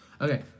Okay